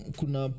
kuna